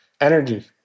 energy